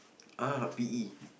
ah P_E